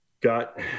got